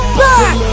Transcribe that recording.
back